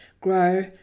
grow